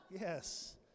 yes